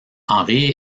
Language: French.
henry